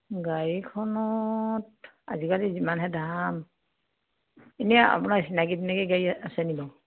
গাড়ীখনত আজিকালি যিমানহে দাম এনেই আপোনাৰ চিনাকি তিনাকি গাড়ী আছে নি বাৰু